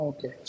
Okay